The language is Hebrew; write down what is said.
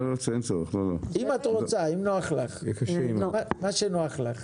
מה שנוח לך.